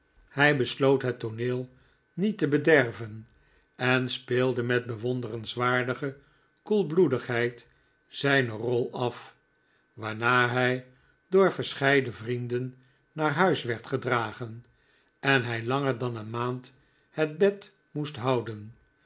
hij besloot hettooneel niet te bederven en speelde met bewonderenswaardige koelbloedigheid zjjne rol af waarna hij door verscheiden vrienden naar huis werd gedragen en hij langer dan eenemaand het bed moest houden